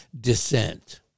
dissent